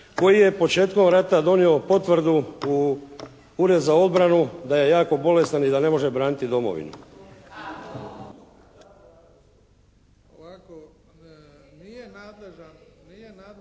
koji je početkom rata donio potvrdu u Ured za obranu da je jako bolestan i da ne može braniti domovinu.